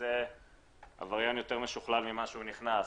יצא עבריין יוצא משוכלל ממה שהוא נכנס.